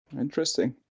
Interesting